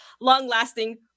long-lasting